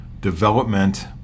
development